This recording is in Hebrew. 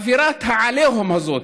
אווירת העליהום הזאת,